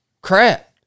crap